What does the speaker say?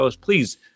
Please